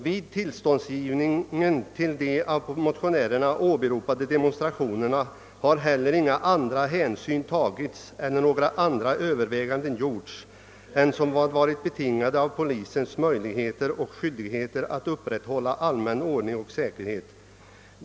Vid tillståndsgivningen till de av motionärerna åberopade demonstrationerna har heller inga andra hänsyn tagits eller några andra över väganden gjorts än vad som varit betingade av polisens möjligheter och skyldigheter att upprätthålla allmän ordning och säkerhet.